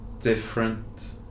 different